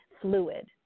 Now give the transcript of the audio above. fluid